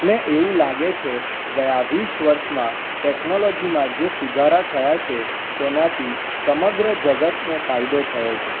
મને એવું લાગે છે ગયા વીસ વર્ષમાં ટેકનોલોજીમાં જે સુધારા થયા છે તેનાથી સમગ્ર જગતને ફાયદો થયો છે